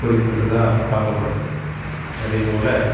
குறிப்பிடறதாக பார்க்கப்படுது அதேபோல்